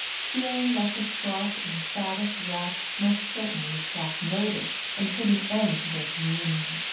fearing that the sharp, emphatic raps must certainly attract notice and put an end to their communion.